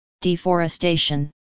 deforestation